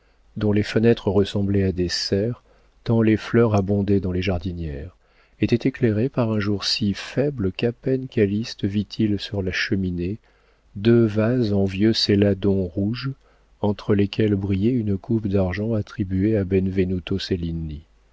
dont les fenêtres ressemblaient à des serres tant les fleurs abondaient dans les jardinières était éclairée par un jour si faible qu'à peine calyste vit-il sur la cheminée deux vases en vieux céladon rouge entre lesquels brillait une coupe d'argent attribuée à